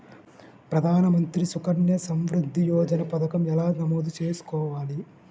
ప్రధాన మంత్రి సుకన్య సంవృద్ధి యోజన పథకం ఎలా నమోదు చేసుకోవాలీ?